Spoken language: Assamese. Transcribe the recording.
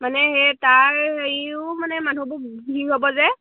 মানে সেই তাৰ হেৰিও মানে মানুহবোৰ ভ হ'ব যে